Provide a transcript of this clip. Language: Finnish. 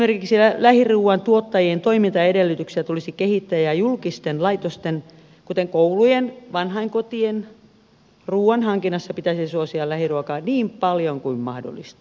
esimerkiksi lähiruoan tuottajien toimintaedellytyksiä tulisi kehittää ja julkisten laitosten kuten koulujen vanhainkotien ruuan hankinnassa pitäisi suosia lähiruokaa niin paljon kuin mahdollista